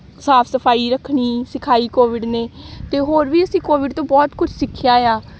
ਸਾਫ ਸਫਾਈ ਰੱਖਣੀ ਸਿਖਾਈ ਕੋਵਿਡ ਨੇ ਅਤੇ ਹੋਰ ਵੀ ਅਸੀਂ ਕੋਵਿਡ ਤੋਂ ਬਹੁਤ ਕੁਛ ਸਿੱਖਿਆ ਆ